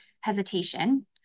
hesitation